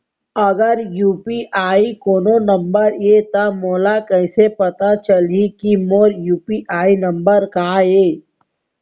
अगर यू.पी.आई कोनो नंबर ये त मोला कइसे पता चलही कि मोर यू.पी.आई नंबर का ये?